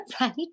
Right